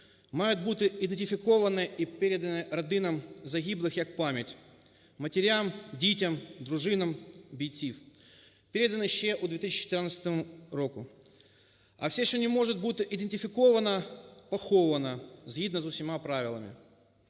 мають бути ідентифіковані і передані родинам загиблих як пам'ять, матерям, дітям, дружинам бійців, передано ще у 2014 році. А все, що не може бути ідентифіковано, поховано згідно з усіма правилами.